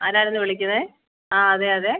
ആരായിരുന്നു വിളിക്കുന്നത് ആ അതെ അതെ